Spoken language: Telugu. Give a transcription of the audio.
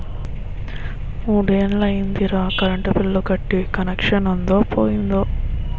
మూడ్నెల్లయ్యిందిరా కరెంటు బిల్లు కట్టీ కనెచ్చనుందో పోయిందో